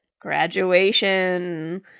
graduation